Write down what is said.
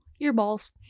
earballs